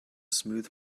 smooth